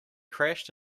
crashed